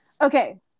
okay